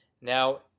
Now